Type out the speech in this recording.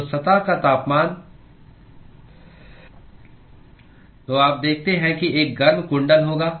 तो सतह का तापमान तो आप देखते हैं कि एक गर्म कुंडल होगा